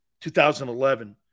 2011